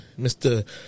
Mr